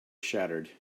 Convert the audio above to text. shattered